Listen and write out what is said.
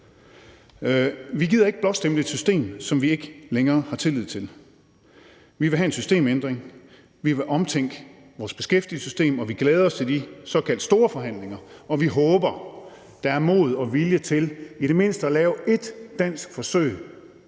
Vi gider ikke blåstemple et system, som vi ikke længere har tillid til. Vi vil have en systemændring, vi vil omtænke vores beskæftigelsessystem, og vi glæder os til de såkaldt store forhandlinger, og vi håber, der er mod og vilje til i det mindste at lave ét dansk forsøg